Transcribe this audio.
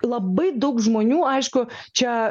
labai daug žmonių aišku čia